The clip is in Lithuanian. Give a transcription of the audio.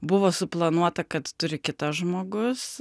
buvo suplanuota kad turi kitas žmogus